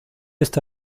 está